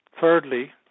thirdly